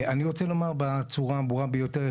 אני רוצה לומר בצורה הברורה ביותר,